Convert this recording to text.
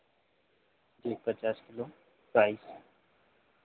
जी पचास kilo rice